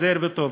עוזר וטוב.